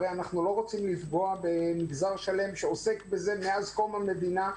הרי אנחנו לא רוצים לפגוע במגזר שלם שעוסק בזה מאז קום המדינה,